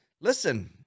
listen